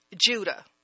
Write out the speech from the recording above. Judah